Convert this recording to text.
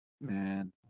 Man